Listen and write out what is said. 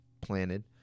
planted